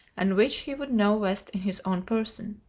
and which he would now vest in his own person.